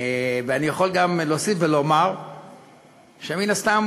ואני יכול גם להוסיף ולומר שמן הסתם,